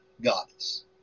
goddess